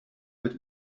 wird